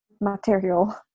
material